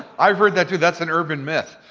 i've heard that too. that's an uphan myth.